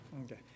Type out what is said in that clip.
okay